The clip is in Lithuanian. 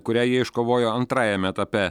kurią jie iškovojo antrajame etape